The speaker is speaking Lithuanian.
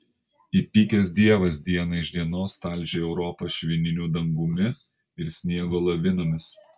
įpykęs dievas diena iš dienos talžė europą švininiu dangumi ir sniego lavinomis